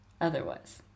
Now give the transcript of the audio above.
Otherwise